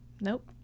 nope